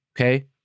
okay